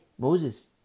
Moses